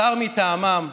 השר מטעמם,